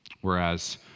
Whereas